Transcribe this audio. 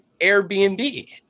Airbnb